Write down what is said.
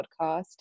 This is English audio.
podcast